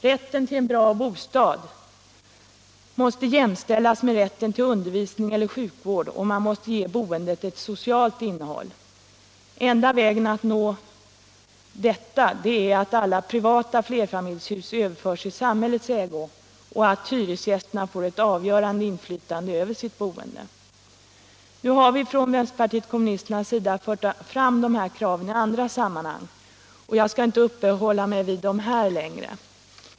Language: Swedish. Rätten till en bra bostad måste jämställas med rätten till undervisning eller sjukvård, och man måste ge boendet ett socialt innehåll. Enda vägen att nå detta är att alla privata flerfamiljshus överförs i samhällets ägo och att hyresgästerna får ett avgörande inflytande över sitt boende. Nu har vi från vänsterpartiet kommunisterna fört fram dessa krav i andra sammanhang, och jag skall inte längre uppehålla mig vid dem här.